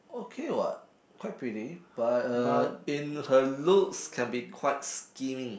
okay what quite pretty but uh in her looks can be quite skinny